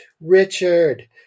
Richard